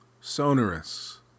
sonorous